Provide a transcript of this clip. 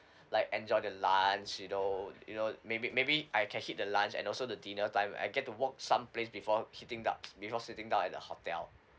like enjoy the lunch you know you know maybe maybe I can hit the lunch and also the dinner time I get to walk some place for siting down before sitting down at the hotel